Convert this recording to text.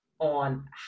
on